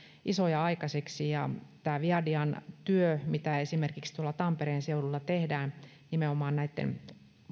isoja aikaiseksi ja tämä viadian työ mitä esimerkiksi tuolla tampereen seudulla tehdään nimenomaan näitten